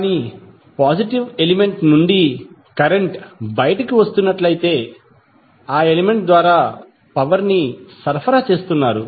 కానీ positive element నుండి current బయటకు వస్తున్నట్లయితే ఆ ఎలిమెంట్ ద్వారా పవర్ ని సరఫరా చేస్తున్నారు